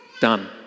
Done